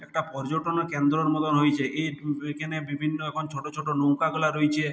একটা পর্যটন কেন্দ্রর মতন হইছে এইট এখেনে বিভিন্ন এখন ছোটো ছোটো নৌকাগুলা রইছে